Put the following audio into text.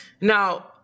now